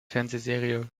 fernsehserie